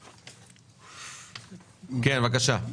בבקשה.